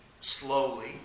slowly